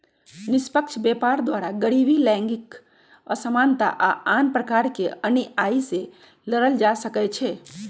निष्पक्ष व्यापार द्वारा गरीबी, लैंगिक असमानता आऽ आन प्रकार के अनिआइ से लड़ल जा सकइ छै